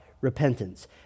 repentance